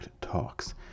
Talks